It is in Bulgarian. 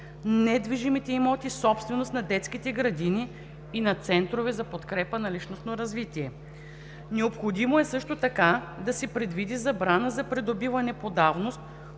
недвижимите имоти, собственост на детските градини и на центрове за подкрепа за личностно развитие? Необходимо е също така да се предвиди забрана за придобиване по давност,